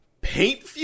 paint